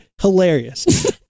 Hilarious